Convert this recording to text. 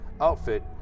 outfit